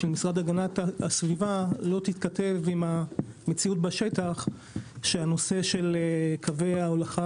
שמשרד הגנת הסביבה לא תתכתב עם המציאות בשטח שהנושא של קווי ההולכה